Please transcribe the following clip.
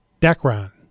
Dacron